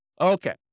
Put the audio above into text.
Okay